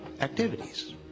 activities